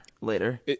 later